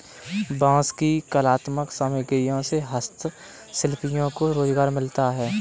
बाँस की कलात्मक सामग्रियों से हस्तशिल्पियों को रोजगार मिलता है